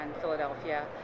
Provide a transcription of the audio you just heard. Philadelphia